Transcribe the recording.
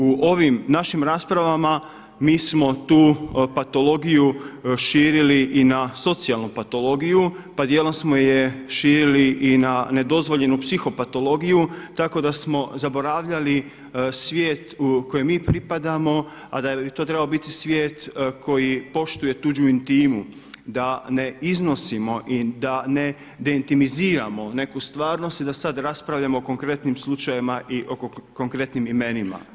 U ovim našim raspravama mi smo tu patologiju širili i na socijalnu patologiju, pa dijelom smo je širili i na nedozvoljenu psiho patologiju, tako da smo zaboravljali svijet kojem mi pripadamo, a da bi to trebao biti svijet koji poštuje tuđu intimu, da ne iznosimo i da ne deintimiziramo neku stvarnost i da sad raspravljamo o konkretnim slučajevima i konkretnim imenima.